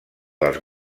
dels